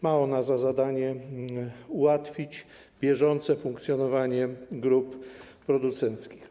Ma ona za zadanie ułatwić bieżące funkcjonowanie grup producenckich.